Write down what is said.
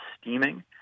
steaming